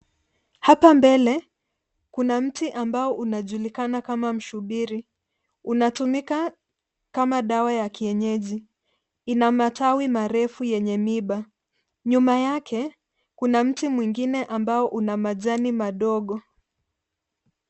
Hapa mbele kuna mti ambao unajulikana kama mshubiri, unatumika kama dawa ya kienyeji. Ina matawi marefu yenye miba, nyuma yake kuna mti mwingine ambao una majani madogo.